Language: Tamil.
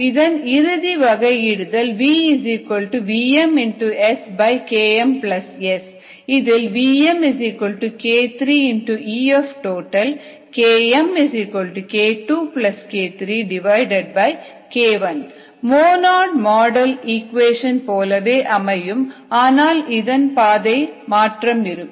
இதன் இறுதி வகை இடுதல் v vm SkmS இதில் vmk3Etotal km k2k3k1 Monod model equation போலவே அமையும் ஆனால் இதன் பாதையில் மாற்றம் இருக்கும்